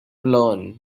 alone